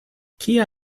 kia